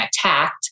attacked